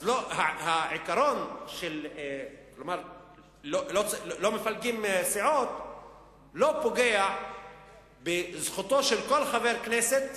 אז העיקרון שלא מפלגים סיעות לא פוגע בזכותו של כל חבר הכנסת